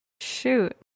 Shoot